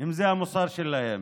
אם זה המוסר שלכם.